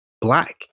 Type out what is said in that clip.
black